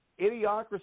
Idiocracy